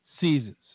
seasons